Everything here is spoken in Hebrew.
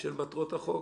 ---- של מטרות החוק?